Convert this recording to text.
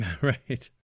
Right